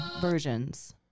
versions